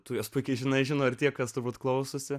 tu jas puikiai žinai žino ir tie kas turbūt klausosi